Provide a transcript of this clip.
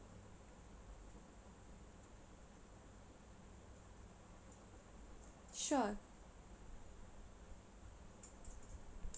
sure